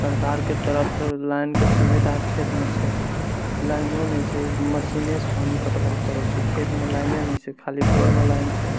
सरकारके तरफसँ लाइनके सुविधा खेतमे छै लाइनो नहि छै मशीने सँ पानि पटबै पड़ै छै खेतमे लाइने नहि छै खालि घरमे लाइन छै